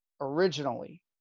originally